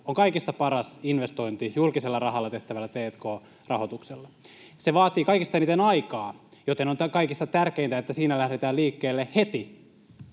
on kaikista paras investointi julkisella rahalla tehtävällä t&k-rahoituksella. Se vaatii kaikista eniten aikaa, joten on kaikista tärkeintä, että siinä lähdetään liikkeelle heti.